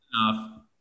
Enough